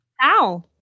Ow